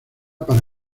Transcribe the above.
para